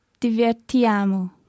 divertiamo